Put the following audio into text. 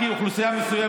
קצת נימוס.